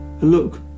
look